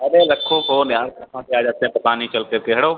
अरे रखो फ़ोन यार कहाँ से आ जाते हैं पता नई चलकर के हटो